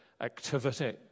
activity